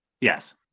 Yes